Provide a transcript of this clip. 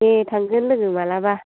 दे थांगोन लोगो माब्लाबा